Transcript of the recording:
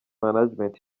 management